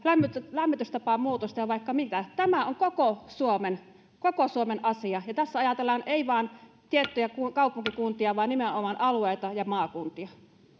lämmitystapamuutosta ja vaikka mitä tämä on koko suomen koko suomen asia ja tässä ajatellaan ei vain tiettyjä kaupunkikuntia vaan nimenomaan alueita ja maakuntia